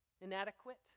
Inadequate